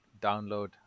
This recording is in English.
download